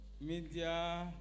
media